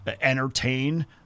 entertain